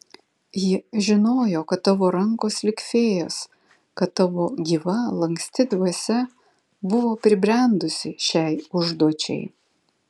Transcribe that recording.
ji žinojo kad tavo rankos lyg fėjos kad tavo gyva lanksti dvasia buvo pribrendusi šiai užduočiai